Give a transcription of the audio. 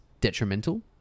Detrimental